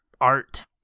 art